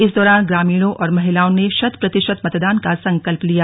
इस दौरान ग्रामीणों और महिलाओं ने शत प्रतिशत मतदान का संकल्प लिया